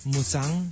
Musang